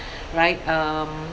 right um